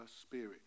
spirit